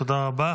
תודה רבה.